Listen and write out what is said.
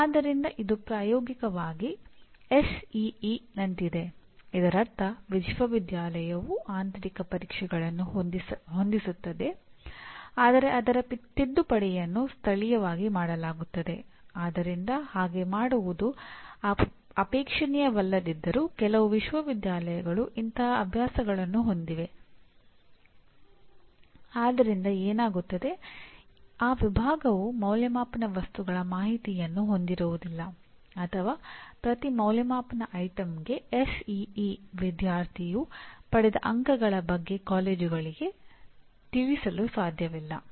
ಆದ್ದರಿಂದ ಇದು ಪ್ರಾಯೋಗಿಕವಾಗಿ ಎಸ್ಇಇ ವಿದ್ಯಾರ್ಥಿಯು ಪಡೆದ ಅಂಕಗಳ ಬಗ್ಗೆ ಕಾಲೇಜುಗಳಿಗೆ ತಿಳಿಯಲು ಸಾಧ್ಯವಿಲ್ಲ